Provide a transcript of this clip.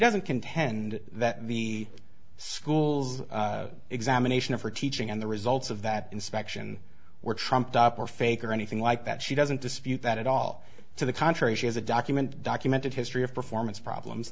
doesn't contend that the school's examination of her teaching and the results of that inspection were trumped up or fake or anything like that she doesn't dispute that at all to the contrary she has a document documented history of performance problems